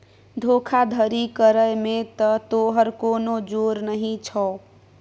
धोखाधड़ी करय मे त तोहर कोनो जोर नहि छौ